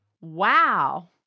Wow